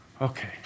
Okay